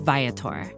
Viator